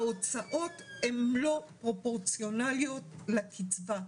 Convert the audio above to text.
ההוצאות הן לא פרופורציונאליות לקצבה.